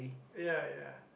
ya ya